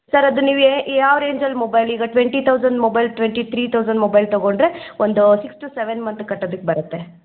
sir ಅದು ನೀವು ಏ ಯಾವ ರೇಂಜಲ್ಲಿ ಮೊಬೈಲ್ ಈಗ twenty thousand mobile twenty three thousand mobile ತೊಗೊಂಡರೆ ಒಂದು ಸಿಕ್ಸ್ ಟು ಸೆವೆನ್ ಮಂತ್ ಕಟ್ಟೋದಕ್ ಬರುತ್ತೆ